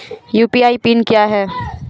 UPI PIN क्या है?